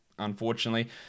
unfortunately